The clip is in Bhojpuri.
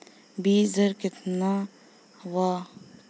बीज दर केतना वा?